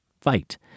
fight